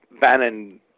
Bannon